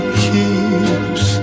keeps